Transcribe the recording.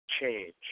change